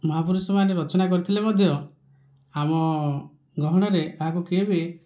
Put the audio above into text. ମହାପୁରୁଷମାନେ ରଚନା କରିଥିଲେ ମଧ୍ୟ ଆମ ଗହଣରେ ଏହାକୁ କିଏ ବି